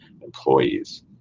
employees